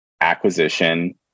acquisition